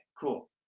cool